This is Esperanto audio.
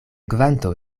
kvanto